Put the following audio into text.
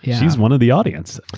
she's one of the audience.